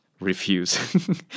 refuse